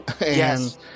Yes